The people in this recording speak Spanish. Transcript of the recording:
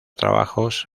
trabajos